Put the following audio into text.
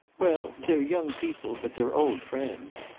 well, they're young people but they're old friends.